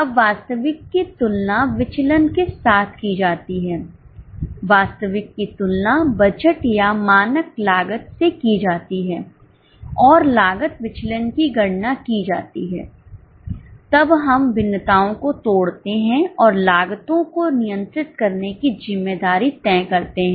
अब वास्तविक की तुलना विचलन के साथ की जाती है वास्तविक की तुलना बजट या मानक लागत से की जाती है और लागत विचलन की गणना की जाती है तब हम भिन्नताओं को तोड़ते हैं और लागतों को नियंत्रित करने की ज़िम्मेदारी तय करते हैं